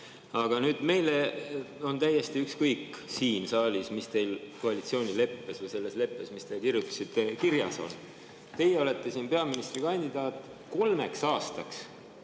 siin saalis on täiesti ükskõik, mis teil koalitsioonileppes või selles leppes, mis te kirjutasite, kirjas on. Teie olete siin peaministrikandidaadina kolmeks aastaks.